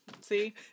see